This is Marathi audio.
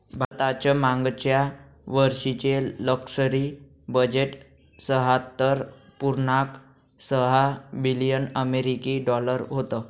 भारताचं मागच्या वर्षीचे लष्करी बजेट शहात्तर पुर्णांक सहा बिलियन अमेरिकी डॉलर होतं